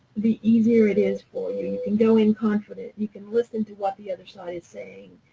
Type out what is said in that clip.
the easier it is for you. you can go in confident. you can listen to what the other side is saying.